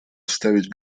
оставить